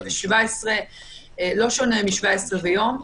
ו-17 לא שונה מ-17 ויום.